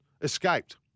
escaped